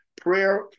Prayer